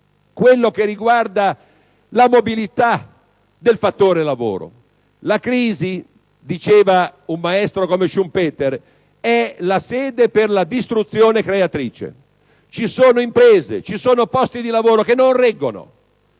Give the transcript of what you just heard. - che riguarda la mobilità del fattore lavoro. La crisi - diceva un maestro come Schumpeter - è la sede per la distruzione creatrice: vi sono imprese e posti di lavoro che non reggono;